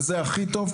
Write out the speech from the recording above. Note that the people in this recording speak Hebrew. וזה הכי טוב,